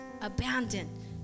abandoned